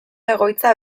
egoitza